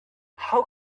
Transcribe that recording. how